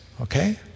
okay